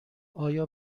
آیا